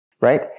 right